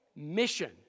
mission